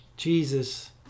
Jesus